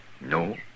No